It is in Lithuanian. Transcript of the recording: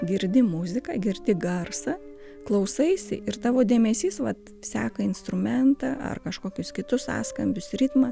girdi muziką girdi garsą klausaisi ir tavo dėmesys vat seka instrumentą ar kažkokius kitus sąskambius ritmą